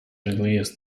released